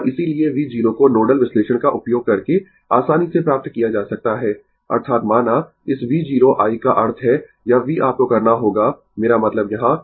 और इसीलिए V 0 को नोडल विश्लेषण का उपयोग करके आसानी से प्राप्त किया जा सकता है अर्थात माना इस V 0 i का अर्थ है यह V आपको करना होगा मेरा मतलब यहाँ